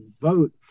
vote